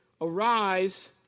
Arise